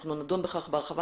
אנחנו נדון בכך בהרחבה,